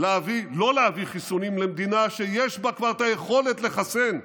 לא להביא חיסונים למדינה שיש בה כבר יכולת לחסן,